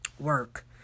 work